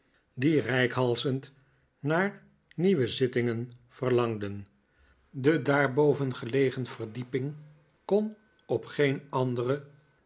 die reikhalzend naar nieuwe zittingen verlangden de daarboven gelegen verdieping kon op geen anderen